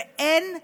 ואין תשובה.